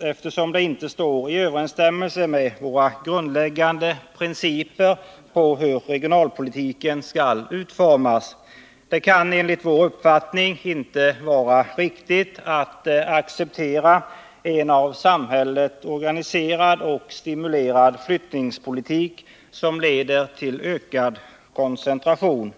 eftersom det inte står i överensstämmelse med våra grundläggande principer för hur regionalpolitiken skall utformas. Det kan enligt vår uppfattning inte var riktigt att acceptera en av samhället organiserad och stimulerad flyttningspolitik som leder till ökad koncentration.